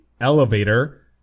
elevator